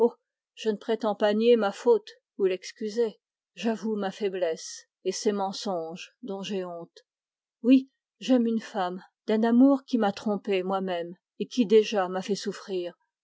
je ne prétends pas nier ma faute ou l'excuser j'avoue ma faiblesse et ces mensonges dont j'ai honte oui j'aime une femme d'un amour qui m'a trompé moimême et qui déjà m'a fait souffrir